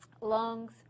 lungs